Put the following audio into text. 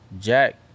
Jack